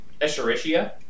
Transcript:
Escherichia